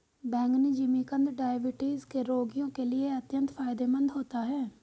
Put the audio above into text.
बैंगनी जिमीकंद डायबिटीज के रोगियों के लिए अत्यंत फायदेमंद होता है